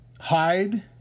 hide